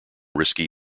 risky